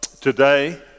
today